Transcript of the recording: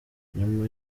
nyuma